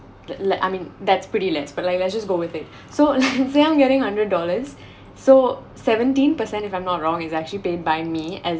like I mean that's pretty less but let's just go with it so so say I'm getting a hundred dollars so seventeen percent if I'm not wrong is actually paid by me as